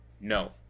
no